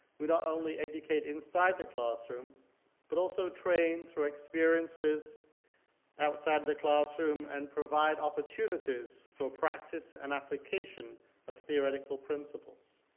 we not only educate inside the classroom but also train through experiences outside of the classroom and provide opportunities for practice and application of theoretical principles.